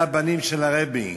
אלה הבנים של הרבי,